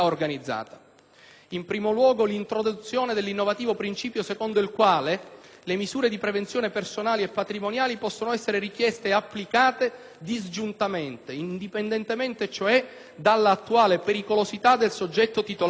In primo luogo, l'introduzione dell'innovativo principio secondo il quale le misure di prevenzione personali e patrimoniali possono essere richieste e applicate disgiuntamente, indipendentemente, cioè dall'attuale pericolosità del soggetto titolare dei beni.